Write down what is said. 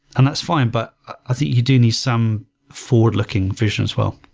and that's fine, but i think you do need some forward-looking vision as well.